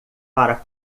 para